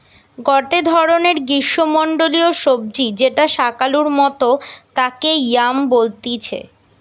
গটে ধরণের গ্রীষ্মমন্ডলীয় সবজি যেটা শাকালুর মতো তাকে য়াম বলতিছে